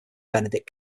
benedict